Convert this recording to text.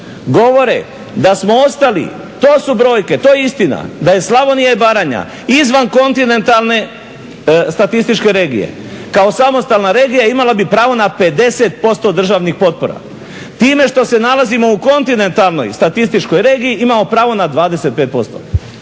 govore da smo ostali, to su brojke, to je istina, da je Slavonija i Baranja izvan kontinentalne statističke regije kao samostalna regija imala bi pravo na 50% državnih potpora. Time što se nalazimo u kontinentalnoj statističkoj regiji imamo pravo na 25%,